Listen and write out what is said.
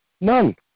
None